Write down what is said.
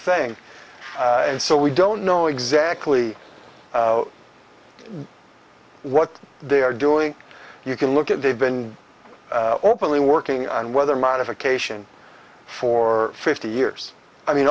thing and so we don't know exactly what they are doing you can look at they've been openly working on weather modification for fifty years i mean